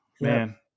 Man